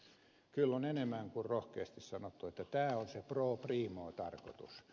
kyllä on enemmän kuin rohkeasti sanottu että tämä on se pro primo tarkoitus